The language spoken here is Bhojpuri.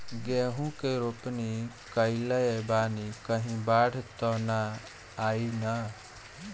गेहूं के रोपनी कईले बानी कहीं बाढ़ त ना आई ना?